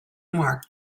mark